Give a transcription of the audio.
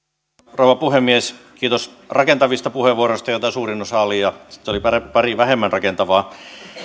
rouva puhemies kiitos rakentavista puheenvuoroista joita suurin osa oli ja sitten oli pari pari vähemmän rakentavaa